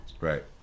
Right